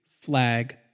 flag